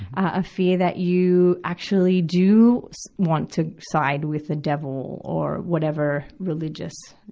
a fear that you actually do want to side with the devil or whatever religious,